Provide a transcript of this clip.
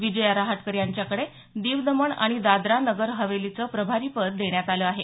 विजया रहाटकर यांच्याकडे दीव दमण आणि दादरा नगर हवेलीचं प्रभारीपद देण्यात आलं आहे